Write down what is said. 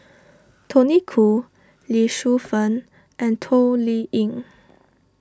Tony Khoo Lee Shu Fen and Toh Liying